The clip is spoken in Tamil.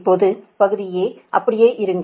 இப்போது பகுதி அப்படியே இருங்கள்